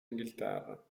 inghilterra